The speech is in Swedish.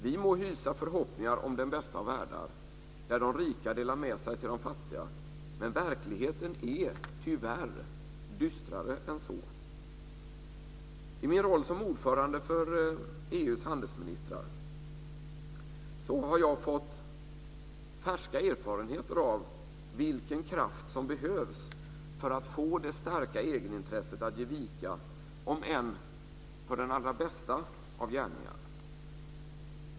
Vi må hysa förhoppningar om den bästa av världar där de rika delar med sig till de fattiga, men verkligheten är tyvärr dystrare än så. I min roll som ordförande för EU:s handelsministrar har jag fått färska erfarenheter av vilken kraft som behövs för att få det starka egenintresset att ge vika om än för den allra bästa av gärningar.